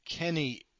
Kenny